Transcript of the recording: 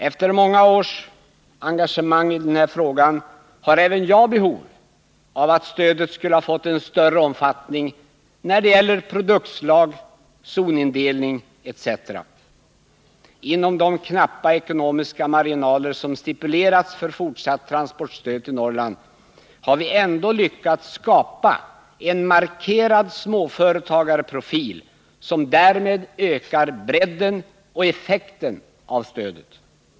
Efter många års engagemang i den här frågan anser även jag att stödet borde ha fått en större omfattning när det gäller produktslag, zonindelning osv. Inom de knappa ekonomiska marginaler som har stipulerats för fortsatt transportstöd till Norrland har vi ändå lyckats skapa en markerad småföretagarprofil, som därmed ökar bredden och effekten av stödet.